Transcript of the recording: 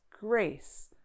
grace